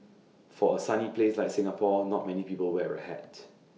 for A sunny place like Singapore not many people wear A hat